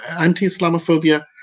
Anti-Islamophobia